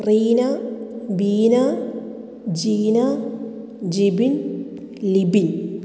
Reena Beena Jeena Jibin Libin